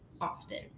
often